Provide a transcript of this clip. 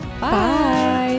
Bye